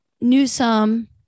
Newsom